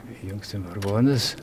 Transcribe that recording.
įjungsim vargonus